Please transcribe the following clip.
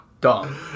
Dumb